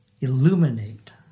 illuminate